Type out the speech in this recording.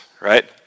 right